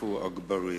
עפו אגבאריה.